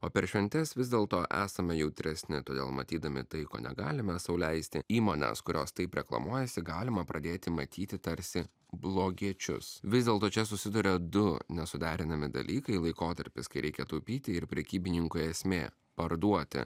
o per šventes vis dėlto esame jautresni todėl matydami tai ko negalime sau leisti įmones kurios taip reklamuojasi galima pradėti matyti tarsi blogiečius vis dėlto čia susiduria du nesuderinami dalykai laikotarpis kai reikia taupyti ir prekybininkui esmė parduoti